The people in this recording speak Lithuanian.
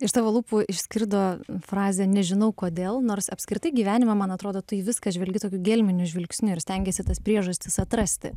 iš tavo lūpų išskrido frazė nežinau kodėl nors apskritai gyvenime man atrodo tu į viską žvelgi tokiu gelminiu žvilgsniu ir stengiesi tas priežastis atrasti